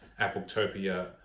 Appletopia